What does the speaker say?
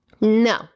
No